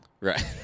Right